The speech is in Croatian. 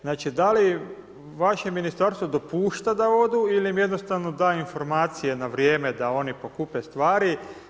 Znači da li vaše Ministarstvo dopušta da odu ili im jednostavno da informacije na vrijeme da oni pokupe stvari.